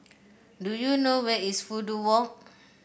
do you know where is Fudu Walk